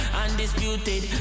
undisputed